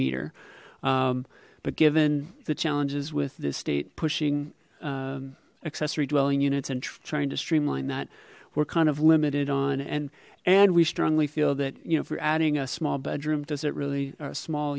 meter but given the challenges with the state pushing accessory dwelling units and trying to streamline that we're kind of limited on and and we strongly feel that you know if we're adding a small bedroom does it really a small